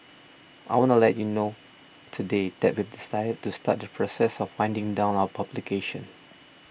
I want to let you know today that we've decided to start the process of winding down our publication